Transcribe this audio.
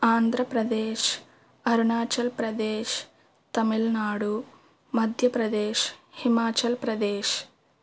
Andhra Pradesh Arunachal Pradesh Tamil Nadu Madhya Pradesh Himachal Pradesh